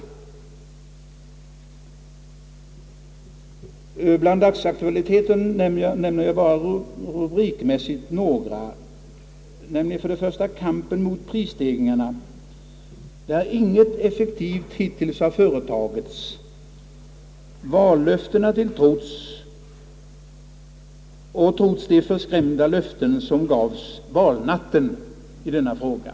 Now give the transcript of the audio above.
Bland dagsaktualiteter anför jag bara rubrikmässigt några. Först vill jag nämna kampen mot prisstegringarna, där ingenting effektivt hittills har företagits, vallöftena till trots och trots de förskrämda löften som gavs under valnatten i denna fråga.